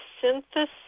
synthesis